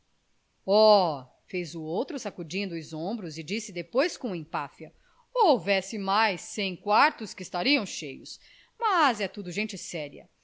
oh fez o outro sacudindo os ombros e disse depois com empáfia houvesse mais cem quartos que estariam cheios mas é tudo gente séria